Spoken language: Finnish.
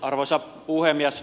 arvoisa puhemies